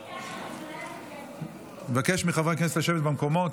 אני מבקש מחברי הכנסת לשבת במקומות.